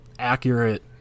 accurate